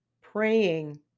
praying